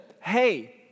Hey